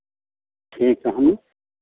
ठीक ताे हम